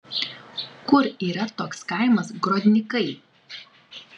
kur yra toks kaimas grodnikai